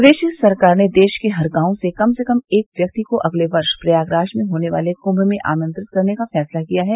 प्रदेश सरकार ने देश के हर गांव से कम से कम एक व्यक्ति को अगले वर्ष प्रयागराज में होने वाले कुंभ में आमंत्रित करने का फैसला किया है